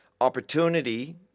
opportunity